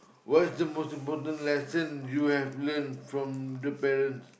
what's the most important lesson you have learn from the parents